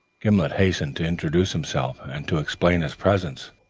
gimblet hastened to introduce himself and to explain his presence,